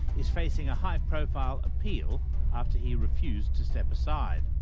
is facing a high profile appeal after he refused to step aside.